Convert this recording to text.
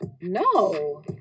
No